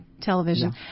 television